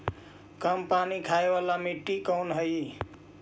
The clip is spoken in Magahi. कम पानी खाय वाला मिट्टी कौन हइ?